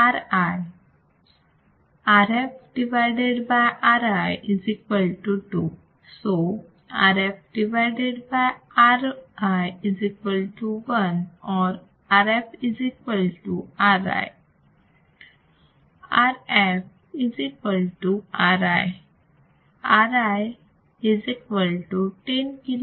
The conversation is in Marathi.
So RfRI 1 or RfRI Rf Ri Ri 10 kilo ohms right